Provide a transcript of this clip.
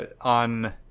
on